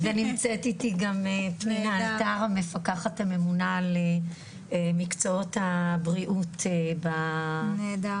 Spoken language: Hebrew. ונמצאת איתי גם פנינה אתר המפקחת הממונה על מקצועות הבריאות באגף.